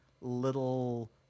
little